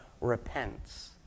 repents